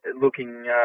looking